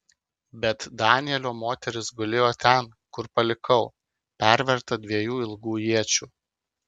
bet danielio moteris gulėjo ten kur palikau perverta dviejų ilgų iečių